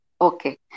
Okay